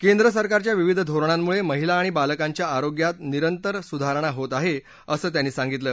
केंद्र सरकारच्या विविध धोरणांमुळे महिला आणि बालकांच्या आरोग्यात निरंतर सुधारणा होत आहे असणं त्यांनी सांगितलं